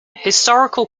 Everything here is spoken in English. historical